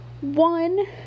One